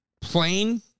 Plain